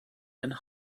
and